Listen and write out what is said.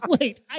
Wait